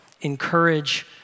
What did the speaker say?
encourage